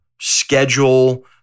schedule